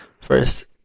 First